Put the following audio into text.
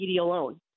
alone